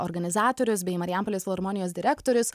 organizatorius bei marijampolės filharmonijos direktorius